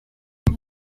quel